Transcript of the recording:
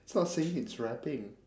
it's not singing it's rapping